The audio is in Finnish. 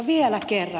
vielä kerran